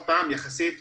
בנוסף,